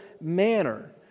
manner